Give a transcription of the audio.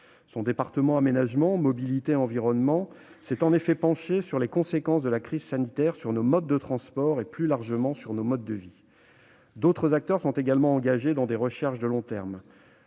Le département « Aménagement, mobilité et environnement » de cette université s'est en effet penché sur les conséquences de la crise sanitaire sur nos modes de transport et, plus largement, sur nos modes de vie. D'autres acteurs sont engagés dans des recherches de long terme.